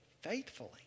faithfully